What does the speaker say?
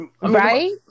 right